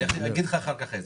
אני אגיד לך אחר כך איפה.